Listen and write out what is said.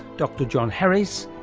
dr john harries,